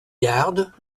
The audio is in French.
gardes